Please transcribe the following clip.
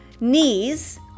knees